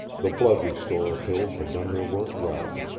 the blood-restorer pills had done their work well.